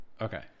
okay